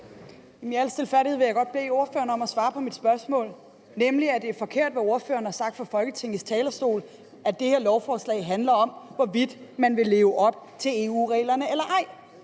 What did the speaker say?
I al stilfærdighed vil jeg godt bede ordføreren om at svare på mit spørgsmål om, at det er forkert, hvad ordføreren har sagt fra Folketingets talerstol. Han har sagt, at det her forslag handler om, hvorvidt man vil leve op til EU-reglerne eller ej.